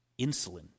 insulin